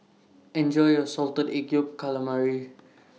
Enjoy your Salted Egg Yolk Calamari